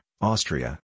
Austria